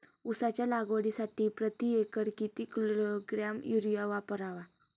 उसाच्या लागवडीसाठी प्रति एकर किती किलोग्रॅम युरिया वापरावा?